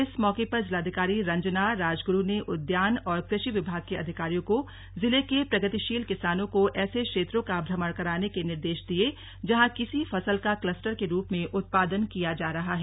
इस मौके पर जिलाधिकारी रंजना राजगुरू ने उद्यान और कृषि विभाग के अधिकारियों को जिले के प्रगतिशील किसानों को ऐसे क्षेत्रों का भ्रमण कराने के निर्देश दिये जहां किसी फसल का क्लस्टर के रूप में उत्पादन किया जा रहा है